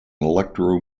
electro